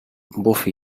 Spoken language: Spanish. buffy